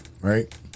right